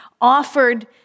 offered